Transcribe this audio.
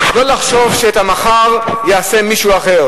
לא לחשוב שאת המחר יעשה מישהו אחר,